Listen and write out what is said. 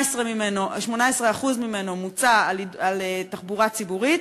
18% ממנו מוצא על תחבורה ציבורית,